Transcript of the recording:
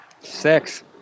Six